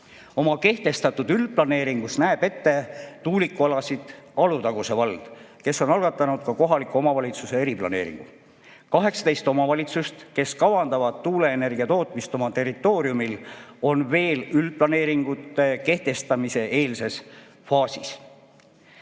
Oma kehtestatud üldplaneeringus näeb ette tuulikualasid Alutaguse vald, kes on algatanud ka kohaliku omavalitsuse eriplaneeringu. 18 omavalitsust, kes kavandavad tuuleenergia tootmist oma territooriumil, on veel üldplaneeringute kehtestamise eelses faasis.